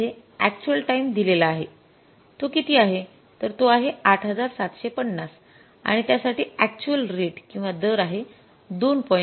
आपण येथे actual time दिलेला आहे तो किती आहे तर तो आहे ८७५० आणि त्यासाठी अक्चुअल रेट किंवा दर आहे २